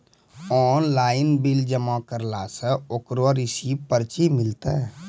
Online bill जमा करला से ओकरौ रिसीव पर्ची मिलतै?